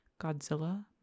Godzilla